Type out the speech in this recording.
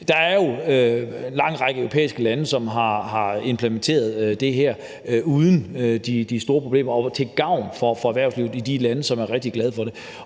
Der er jo en lang række europæiske lande, som har implementeret det her uden de store problemer og til gavn for erhvervslivet i de lande, som er rigtig glade for det.